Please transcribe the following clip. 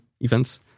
events